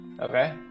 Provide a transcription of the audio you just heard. Okay